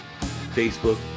Facebook